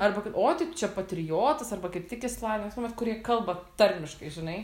arba kai o tai tu čia patriotas arba kaip tik išsilavinęs nu vat kurie kalba tarmiškai žinai